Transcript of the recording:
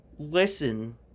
listen